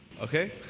Okay